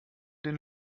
den